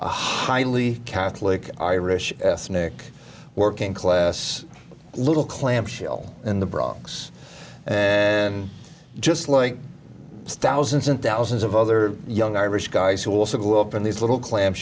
a highly catholic irish ethnic working class little clamshell in the bronx just like thousands and thousands of other young irish guys who also grew up in these little